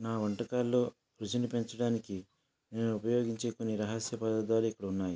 నా వంటకాల్లో రుచిని పెంచడానికి నేను ఉపయోగించే కొన్ని రహస్య పదార్థాలు ఇక్కడ ఉన్నాయి